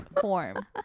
form